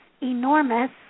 enormous